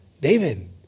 David